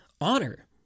honor